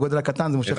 אני מבין